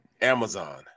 Amazon